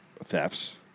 thefts